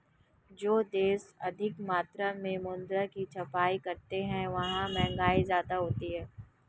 जो देश अधिक मात्रा में मुद्रा की छपाई करते हैं वहां महंगाई ज्यादा होती है